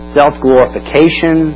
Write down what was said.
self-glorification